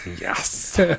yes